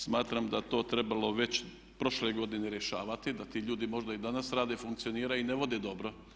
Smatram da je to trebalo već prošle godine rješavati da ti ljudi možda i danas rade i funkcioniraju i ne vode dobro.